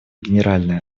генеральной